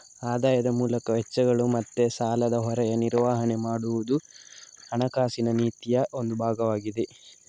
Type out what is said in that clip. ಆದಾಯದ ಮೂಲಕ ವೆಚ್ಚಗಳು ಮತ್ತೆ ಸಾಲದ ಹೊರೆಯ ನಿರ್ವಹಣೆ ಮಾಡುದು ಹಣಕಾಸಿನ ನೀತಿಯ ಒಂದು ಭಾಗವಾಗಿದೆ